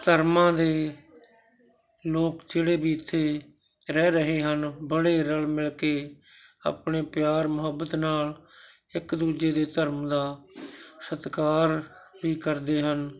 ਧਰਮਾਂ ਦੇ ਲੋਕ ਜਿਹੜੇ ਵੀ ਇੱਥੇ ਰਹਿ ਰਹੇ ਹਨ ਬੜੇ ਰਲ਼ ਮਿਲ ਕੇ ਆਪਣੇ ਪਿਆਰ ਮੁਹੱਬਤ ਨਾਲ਼ ਇੱਕ ਦੂਜੇ ਦੇ ਧਰਮ ਦਾ ਸਤਿਕਾਰ ਵੀ ਕਰਦੇ ਹਨ